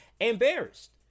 embarrassed